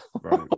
Right